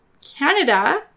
Canada